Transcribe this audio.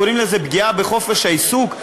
קוראים לזה פגיעה בחופש העיסוק?